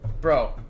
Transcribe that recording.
Bro